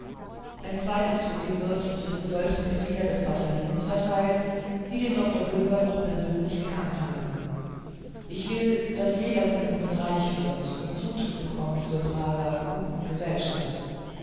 ein zweites drittel wird unter die zwölf mitglieder des bataillons verteilt die den dr hulbert noch persönlich gekannt haben ich will daß jeder von ihnen reich wird und zutritt bekommt zur prager guten gesellschaft